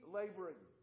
laboring